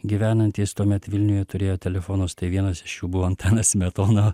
gyvenantys tuomet vilniuje turėjo telefonus tai vienas iš jų buvo antanas smetona